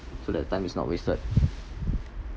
so that time is not wasted